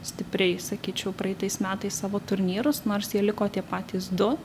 stipriai sakyčiau praeitais metais savo turnyrus nors jie liko tie patys du